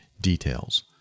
details